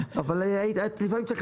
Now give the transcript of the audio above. שחברת דואר תהיה רשאית